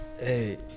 Hey